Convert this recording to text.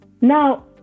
Now